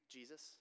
Jesus